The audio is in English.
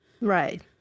Right